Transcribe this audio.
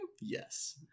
Yes